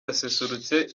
yaserutse